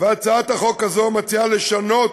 והצעת החוק הזו מציעה לשנות